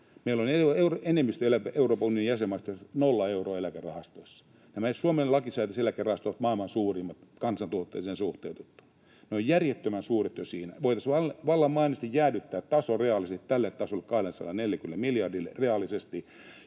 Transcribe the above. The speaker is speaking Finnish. Meillä on enemmistö Euroopan unionin jäsenmaista, joissa on nolla euroa eläkerahastoissa. Nämä Suomen lakisääteiset eläkerahastot ovat maailman suurimmat kansantuotteeseen suhteutettuna. Ne ovat järjettömän suuret jo siinä. Voitaisiin vallan mainiosti jäädyttää taso reaalisesti tälle tasolle, 240 miljardiin